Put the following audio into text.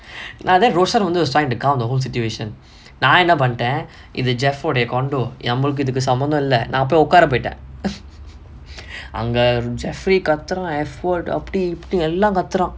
ah then roshan வந்து:vanthu sign the calm the whole situation நா என்ன பண்ணட இது:naa enna pannata ithu jeff உடய:udaya condominium நம்மளுக்கு இதுக்கு சம்மந்தோ இல்ல நா போய் உக்கார பெய்த:nammalukku ithukku sammantho illa naa poyi ukkaara peitha அங்க:anga jeffrey கத்துரா:kaththuraa F words அப்புடி இப்புடி எல்லா கத்துரா:appudi ippudi ellaa kaththuraa